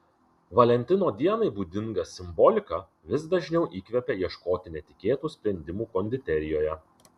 valentino dienai būdinga simbolika vis dažniau įkvepia ieškoti netikėtų sprendimų konditerijoje